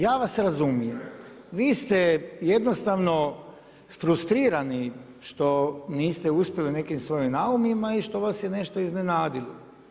Ja vas razumijem, vi ste jednostavno frustrirani što niste uspjeli u nekim svojim naumima i što vas je nešto iznenadilo.